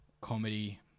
comedy